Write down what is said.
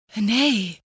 Nay